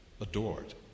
adored